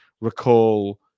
recall